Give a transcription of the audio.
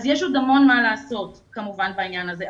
אז יש עוד המון מה לעשות כמובן בעניין הזה,